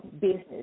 business